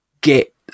get